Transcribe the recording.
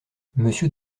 monsieur